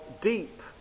deep